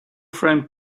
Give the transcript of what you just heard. framed